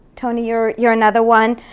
tony, you're you're another one.